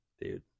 Dude